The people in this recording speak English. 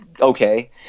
okay